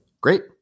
Great